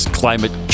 climate